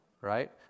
right